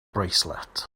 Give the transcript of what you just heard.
bracelet